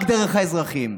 רק דרך האזרחים,